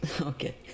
Okay